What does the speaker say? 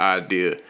idea